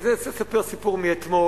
אני רוצה לספר סיפור מאתמול,